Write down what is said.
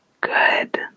Good